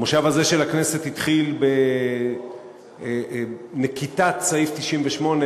המושב הזה של הכנסת התחיל בנקיטת סעיף 98,